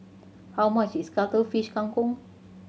how much is Cuttlefish Kang Kong